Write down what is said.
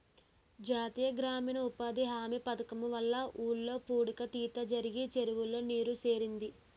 జాతీయ గ్రామీణ ఉపాధి హామీ పధకము వల్ల ఊర్లో పూడిక తీత జరిగి చెరువులో నీరు సేరింది